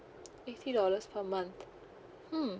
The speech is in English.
fifty dollars per month hmm